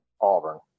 Auburn